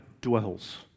dwells